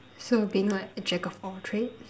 so being like reject of all trade